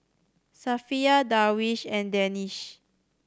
Safiya Darwish and Danish